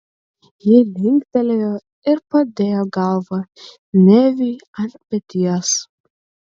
ji linktelėjo ir padėjo galvą neviui ant peties